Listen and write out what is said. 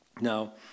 Now